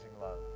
love